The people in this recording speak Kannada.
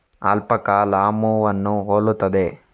ಅಲ್ಪಕ ಲಾಮೂವನ್ನು ಹೋಲುತ್ತದೆ